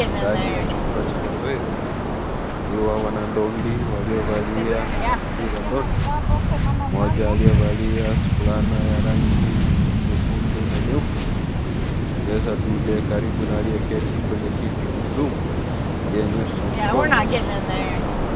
Ndani ya chumba cha mazoezi wakiwa wanandondi waliovalia maski za ndondi , kuna mmoja aliyevalia fulana ya rangi ya nyekundu na nyeupe akisongesha dude karibu na aliyeketi kwenye kiti gurudumu aliyenyosha mkono masumbwi.